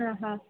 ಹಾಂ ಹಾಂ